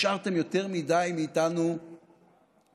השארתם יותר מדי מאיתנו לבד.